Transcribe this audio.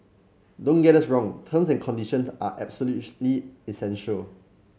don't get us wrong terms and conditions are absolutely essential